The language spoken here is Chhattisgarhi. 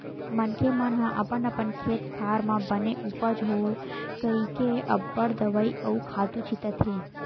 मनखे मन ह अपन अपन खेत खार म बने उपज होवय कहिके अब्बड़ दवई अउ खातू छितत हे